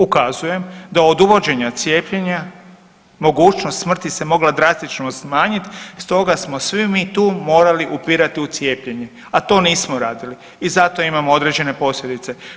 Ukazujem da od uvođenja cijepljenja mogućnost smrti se mogla drastično smanjit, stoga smo svi mi tu morali upirati u cijepljenje, a to nismo radili i zato imamo određene posljedice.